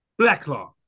Blacklaw